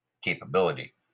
capability